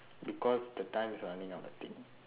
because the time is running out I think